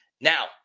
Now